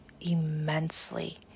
immensely